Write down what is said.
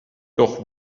doch